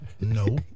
No